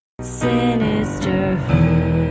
Sinisterhood